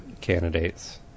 candidates